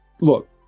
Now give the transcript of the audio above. look